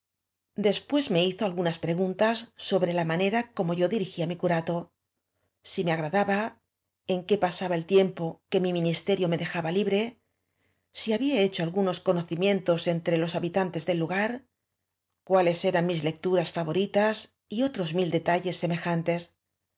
después me hizo algunas preguntas sobre la manera cómo yo di rigía mi curato si me agradaba en qué pasaba el tiempo que m i ministerio me daba libre si había hecho algunos conocimientos entre los habitantes del lugar cuáles eran mis lecturas favoritas y otros mil detalles